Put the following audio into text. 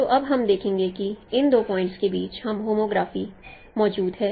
तो अब हम देखेंगे कि इन दो पॉइंटस के बीच एक होमोग्राफी मौजूद है